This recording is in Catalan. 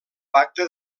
pacte